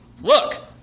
Look